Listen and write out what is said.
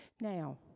now